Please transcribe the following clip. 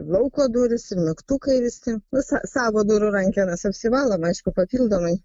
lauko durys ir mygtukai visi savo durų rankenas apsivalom aišku papildomai